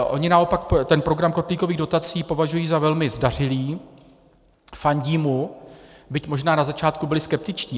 Oni naopak ten program kotlíkových dotací považují za velmi zdařilý, fandí mu, byť možná na začátku byli skeptičtí.